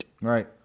Right